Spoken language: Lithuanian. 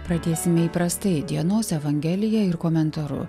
pradėsime įprastai dienos evangelija ir komentaru